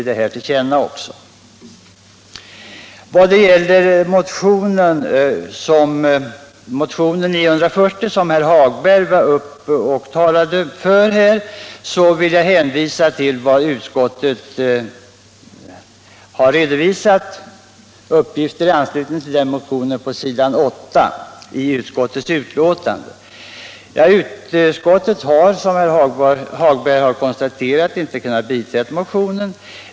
Beträffande motionen 940, som herr Hagberg i Borlänge talade för, vill jag hänvisa till vad utskottet har redovisat under rubriken Uppgifter i anslutning till motionen på s. 8 i betänkandet. Utskottet har, som herr Hagberg redan har konstaterat, inte kunnat biträda motionen.